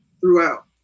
throughout